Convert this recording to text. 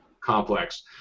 complex